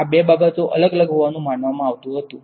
આ બે બાબતો અલગ અલગ હોવાનું માનવામાં આવતું હતું